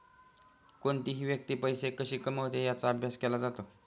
कोणतीही व्यक्ती पैसे कशी कमवते याचा अभ्यास केला जातो